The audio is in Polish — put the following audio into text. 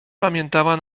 pamiętała